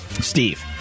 Steve